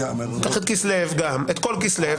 את כל כסלו,